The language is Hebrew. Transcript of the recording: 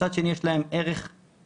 מצד שני יש להם ערך אחר,